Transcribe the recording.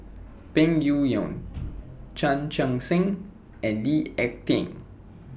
Peng Yuyun Chan Chun Sing and Lee Ek Tieng